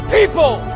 People